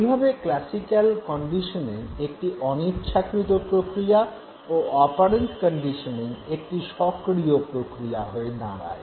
এইভাবে classical conditioning একটি অনিচ্ছাকৃত প্রক্রিয়া ও অপারেন্ট কন্ডিশনিং একটি সক্রিয় প্রক্রিয়া হয়ে দাঁড়ায়